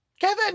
Kevin